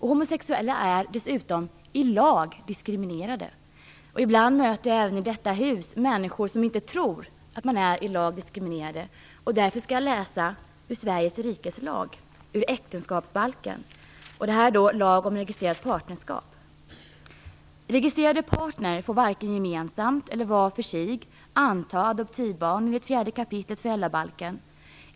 Homosexuella är dessutom i lag diskriminerade. Ibland möter jag även i detta hus människor som inte tror att man är diskriminerad i lagen. Därför skall jag läsa högt ur äktenskapsbalken i Sveriges rikes lag. Det gäller lagen om registrerat partnerskap: "Registrerade partner får varken gemensamt eller var för sig anta adoptivbarn enligt 4 kap. föräldrabalken.